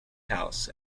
house